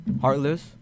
Heartless